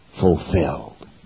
fulfilled